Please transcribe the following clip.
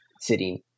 sitting